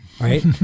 right